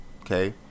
okay